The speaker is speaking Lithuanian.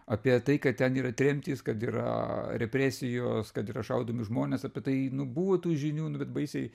apie tai kad ten yra tremtys kad yra represijos kad yra šaudomi žmonės apie tai buvo tų žinių nu bet baisiai